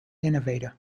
innovator